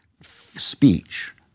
speech